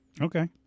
Okay